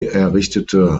errichtete